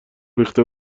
ریخته